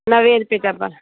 नवें रुपए जा ॿ